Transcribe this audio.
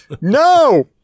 no